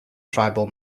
tribal